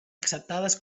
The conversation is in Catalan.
acceptades